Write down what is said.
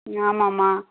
ம் ஆமாம்ம்மா